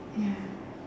ya